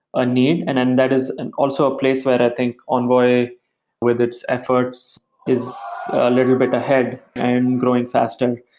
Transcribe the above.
a need. and then that is and also a place where i think envoy with its efforts is a little bit ahead and growing faster.